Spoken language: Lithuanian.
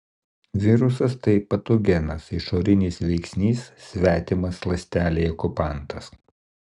virusas tai patogenas išorinis veiksnys svetimas ląstelei okupantas